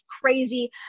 crazy